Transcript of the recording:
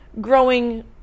growing